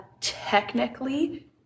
technically